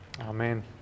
Amen